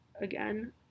again